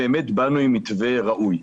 באנו עם מתווה ראוי,